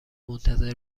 منتظر